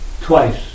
Twice